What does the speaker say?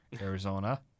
Arizona